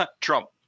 Trump